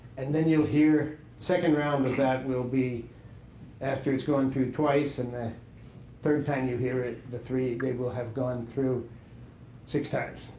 and then you'll hear, second round with that will be after it's gone through twice. and the third time you hear it, the three they will have gone through six times.